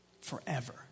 forever